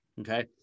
Okay